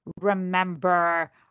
remember